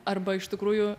arba iš tikrųjų